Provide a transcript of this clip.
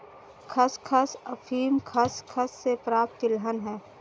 खसखस अफीम खसखस से प्राप्त तिलहन है